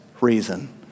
reason